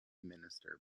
minister